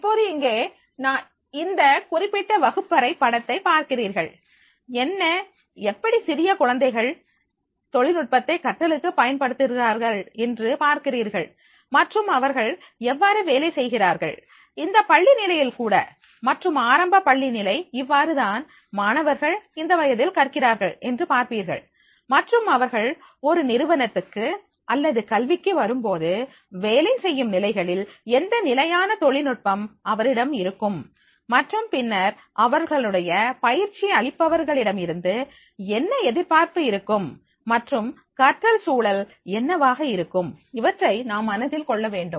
இப்போது இங்கே இந்த குறிப்பிட்ட வகுப்பறை படத்தை பார்க்கிறீர்கள் என்ன எப்படி சிறிய குழந்தைகள் தொழில்நுட்பத்தை கற்றலுக்கு பயன்படுத்துகிறார்கள் என்று பார்க்கிறீர்கள் மற்றும் அவர்கள் எவ்வாறு வேலை செய்கிறார்கள் இந்த பள்ளி நிலையில்கூட மற்றும் ஆரம்ப பள்ளி நிலை இவ்வாறு தான் மாணவர்கள் இந்த வயதில் கற்கிறார்கள் என்று பார்ப்பீர்கள் மற்றும் அவர்கள் ஒரு நிறுவனத்துக்கு அல்லது கல்விக்கு வரும்போது வேலை செய்யும் நிலைகளில் எந்த நிலையான தொழில்நுட்பம் அவரிடம் இருக்கும் மற்றும் பின்னர் அவர்களுடைய பயிற்சி அளிப்பவர்களிடமிருந்து என்ன எதிர்பார்ப்பு இருக்கும் மற்றும் கற்றல் சூழல் என்னவாக இருக்கும் இவற்றை நாம் மனதில் கொள்ள வேண்டும்